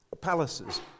palaces